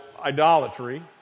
idolatry